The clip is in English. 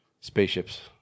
spaceships